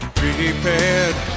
prepared